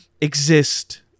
exist